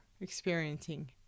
experiencing